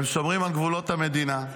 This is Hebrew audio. הם שומרים על גבולות המדינה,